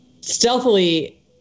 Stealthily